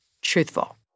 truthful